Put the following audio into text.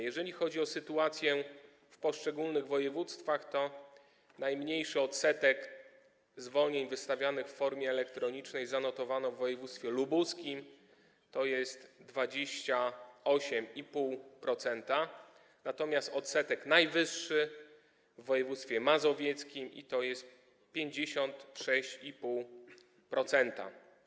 Jeżeli chodzi o sytuację w poszczególnych województwach, najmniejszy odsetek zwolnień wystawianych w formie elektronicznej zanotowano w województwie lubuskim, tj. 28,5%, natomiast odsetek najwyższy w województwie mazowieckim, tj. 56,5%.